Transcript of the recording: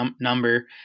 number